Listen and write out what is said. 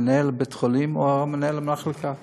מנהל בית-החולים או מנהל המחלקה.